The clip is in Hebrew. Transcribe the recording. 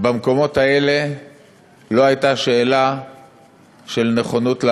במקומות האלה לא הייתה שאלה של נכונות להקריב,